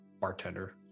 bartender